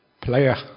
player